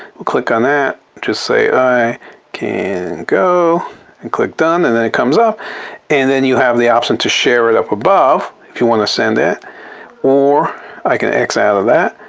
click on that just say, i can go and click done and then it comes up and then you have the option to share it up above if you want to send that or i can x out of that.